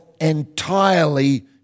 entirely